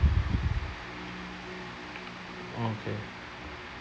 oh okay